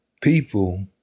people